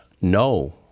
no